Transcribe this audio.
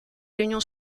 l’union